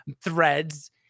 threads